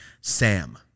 Sam